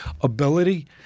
ability